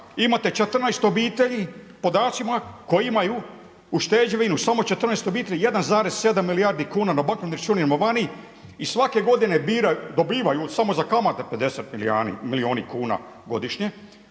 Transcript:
imate 14 obitelji podacima koji imaju ušteđevinu samo 14 obitelji 1,7 milijardi kuna na bankovni račun imamo vani i svake godine dobivaju samo za kamate 50 milijuni kuna godišnje.